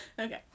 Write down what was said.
okay